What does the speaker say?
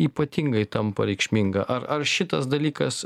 ypatingai tampa reikšminga ar ar šitas dalykas